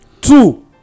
Two